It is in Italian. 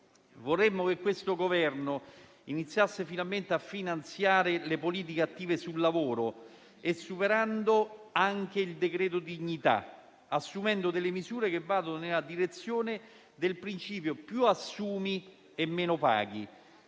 Vorremmo che questo Governo iniziasse finalmente a finanziare le politiche attive sul lavoro, superando il decreto dignità e assumendo delle misure che vadano nella direzione del principio "più assumi e meno paghi".